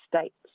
states